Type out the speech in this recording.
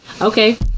Okay